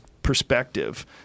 perspective